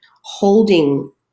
holding